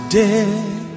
dead